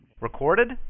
Recorded